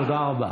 תודה רבה.